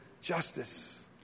justice